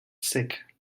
sick